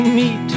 meet